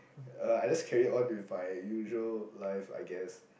uh I just carry on with my usual life I guess